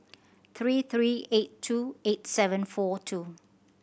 three three eight two eight seven four two